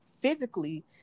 physically